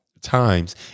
times